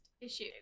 issue